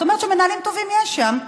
זאת אומרת שמנהלים טובים יש שם,